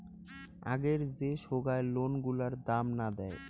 আগের যে সোগায় লোন গুলার দাম না দেয়